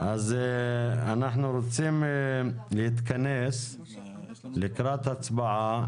אז אנחנו רוצים להתכנס לקראת הצבעה.